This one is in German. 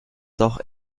doch